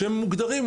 שמוגדרים,